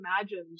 imagined